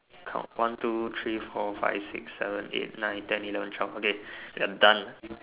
count one two three four five six seven eight nine ten eleven twelve okay I'm done ah